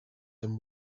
them